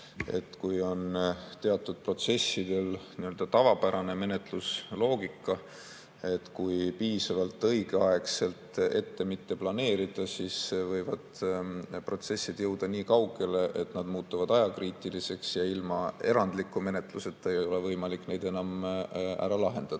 Kui on teatud protsessidel nii-öelda tavapärane menetlusloogika, et kui piisavalt õigeaegselt mitte planeerida, siis võivad protsessid jõuda niikaugele, et nad muutuvad ajakriitiliseks ja ilma erandliku menetluseta ei ole võimalik neid enam ära lahendada.